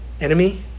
enemy